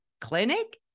clinic